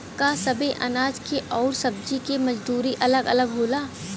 का सबे अनाज के अउर सब्ज़ी के मजदूरी अलग अलग होला?